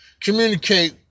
communicate